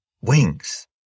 Wings